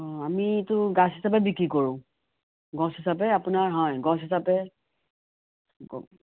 অ' আমিটো গছ হিচাপে বিক্ৰী কৰোঁ গছ হিচাপে আপোনাৰ হয় গছ হিচাপে গ